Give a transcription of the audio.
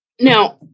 Now